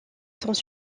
sans